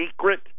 secret